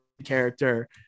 character